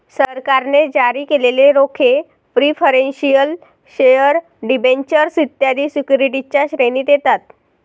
सरकारने जारी केलेले रोखे प्रिफरेंशियल शेअर डिबेंचर्स इत्यादी सिक्युरिटीजच्या श्रेणीत येतात